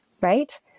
right